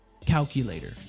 calculator